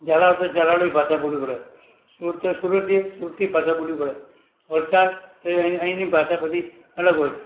ઝાલાવાડ હોઇએ તો ઝાલાવાડી ભાષા બોલવી પડે સુરત હોય તો સુરતની સુરતી ભાષા બોલવી પડે વલસાડ તે અઈની ભાષા બધી અલગ હોય છે